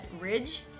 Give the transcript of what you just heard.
Ridge